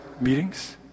meetings